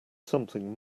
something